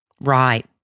Right